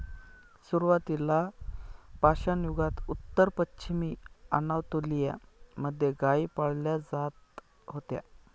सुरुवातीला पाषाणयुगात उत्तर पश्चिमी अनातोलिया मध्ये गाई पाळल्या जात होत्या